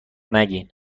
نگین